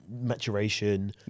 maturation